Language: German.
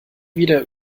wieder